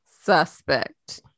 suspect